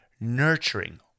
nurturing